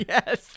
Yes